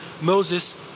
Moses